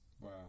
Wow